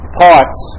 parts